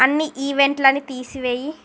అన్ని ఈవెంట్లని తీసివేయి